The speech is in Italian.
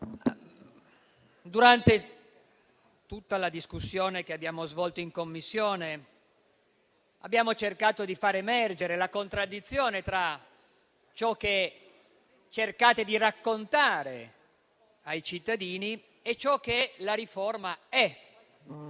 durante la discussione svolta in Commissione abbiamo cercato di far emergere la contraddizione tra ciò che cercate di raccontare ai cittadini e ciò che la riforma è.